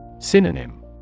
Synonym